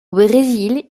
brésil